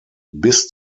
bis